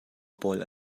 pawl